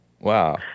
Wow